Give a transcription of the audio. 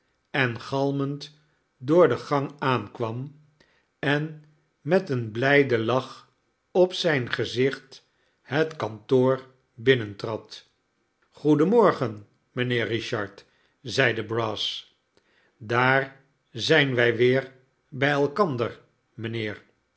en galmend door den gang aankwam en met een blijden lach op zijn gezicht het kantoor binnentrad goeden morgen mijnheer richard zeide brass daar zijn wij weer bij elkander mijnheer